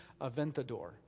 Aventador